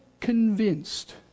convinced